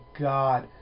God